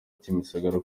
kimisagara